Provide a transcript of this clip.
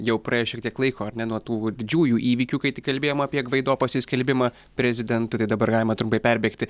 jau praėjo šiek tiek laiko ar ne nuo tų didžiųjų įvykių kai tik kalbėjom apie gvaido pasiskelbimą prezidentu tai dabar galima trumpai perbėgti